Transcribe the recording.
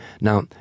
Now